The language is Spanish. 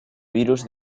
virus